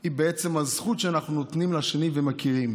היא בעצם הזכות שאנחנו נותנים לשני ומכירים,